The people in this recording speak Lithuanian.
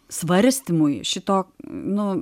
svarstymui šito nu